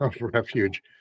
refuge